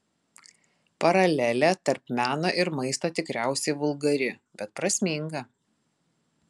paralelė tarp meno ir maisto tikriausiai vulgari bet prasminga